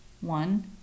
one